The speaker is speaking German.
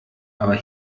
aber